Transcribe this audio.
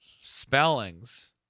spellings